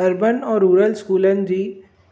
urban और rural स्कूलनि जी